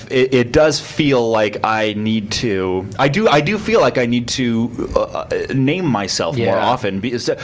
it does feel like i need to. i do i do feel like i need to name myself more often because,